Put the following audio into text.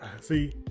see